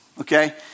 okay